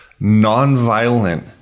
nonviolent